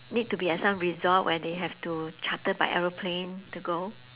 need to be at some resort where they have to charter by aeroplane to go